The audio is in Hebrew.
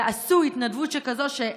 יעשו התנדבות שכזאת?